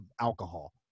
alcohol